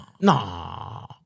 No